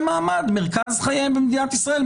מרכז חייהם במדינת ישראל,